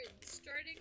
starting